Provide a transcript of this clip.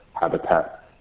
habitat